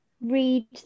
read